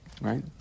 Right